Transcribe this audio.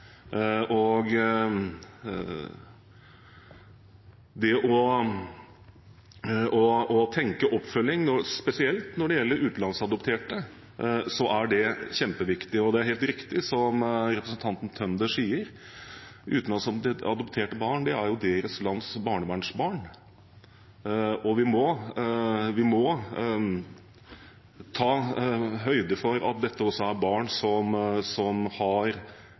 nettopp dette med oppfølging. Å tenke oppfølging, spesielt når det gjelder utenlandsadopterte, er kjempeviktig. Det er helt riktig som representanten Tønder sier, at utenlandsadopterte barn er deres lands barnevernsbarn, og vi må ta høyde for at dette også er barn som har ting med seg gjennom sitt levde liv som de trenger en tett oppfølging rundt. I Danmark har